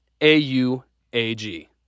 A-U-A-G